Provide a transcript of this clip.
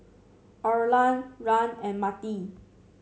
Orland Rand and Mettie